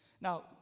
Now